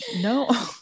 No